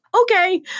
Okay